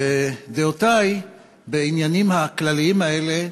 ודעותי בעניינים הכלליים האלה,